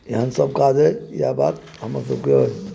एहन सब काज अछि इएह बात हमर सबके अछि